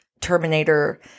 Terminator